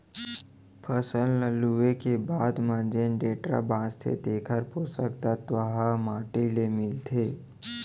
फसल ल लूए के बाद म जेन डेंटरा बांचथे तेकर पोसक तत्व ह माटी ले मिलथे